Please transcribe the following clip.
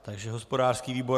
Takže hospodářský výbor.